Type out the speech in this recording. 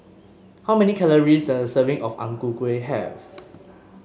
how many calories does a serving of Ang Ku Kueh have